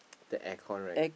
the aircon right